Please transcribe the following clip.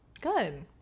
Good